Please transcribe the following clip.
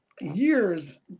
years